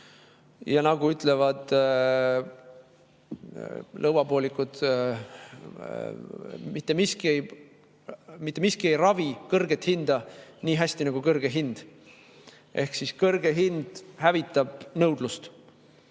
Ja nagu ütlevad lõuapoolikud: mitte miski ei ravi kõrget hinda nii hästi nagu kõrge hind. Kõrge hind hävitab nõudlust. Vestlesin